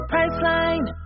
Priceline